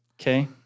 Okay